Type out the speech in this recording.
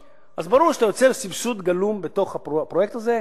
אז ברור שאתה יוצר סבסוד גלום בתוך הפרויקט הזה,